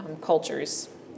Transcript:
cultures